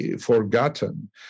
forgotten